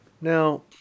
Now